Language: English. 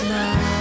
now